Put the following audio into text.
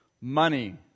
money